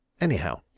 Anyhow